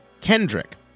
Kendrick